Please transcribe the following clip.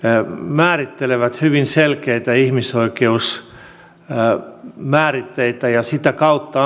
määrittelevät hyvin selkeitä ihmisoikeusmääritteitä ja sitä kautta